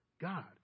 God